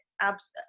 abs